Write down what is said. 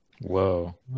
Whoa